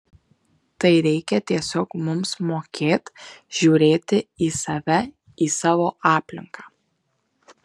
tai reikia tiesiog mums mokėt žiūrėti į save į savo aplinką